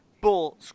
bull